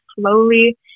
slowly